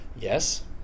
Yes